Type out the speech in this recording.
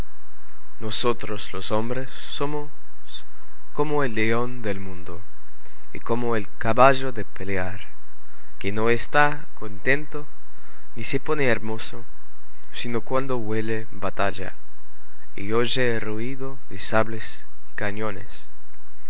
nosotros los hombres somos como el león del mundo y como el caballo de pelear que no está contento ni se pone hermoso sino cuando huele batalla y oye ruido de sables y cañones